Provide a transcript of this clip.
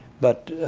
but